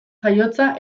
jaiotza